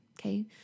Okay